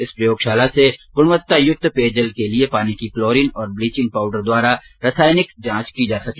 इस प्रयोगशाला से गुणवत्तायुक्त पेयजल के लिए पानी की क्लोरीन और ब्लीचिंग पाउडर द्वारा रसायनिक जांच की जा सकेगी